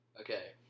Okay